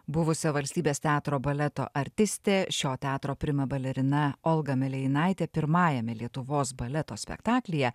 buvusio valstybės teatro baleto artistė šio teatro primabalerina olga malėjinaitė pirmajame lietuvos baleto spektaklyje